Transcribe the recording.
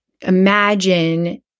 imagine